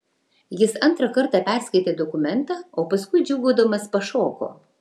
jis antrą kartą perskaitė dokumentą o paskui džiūgaudamas pašoko